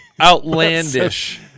outlandish